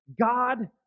God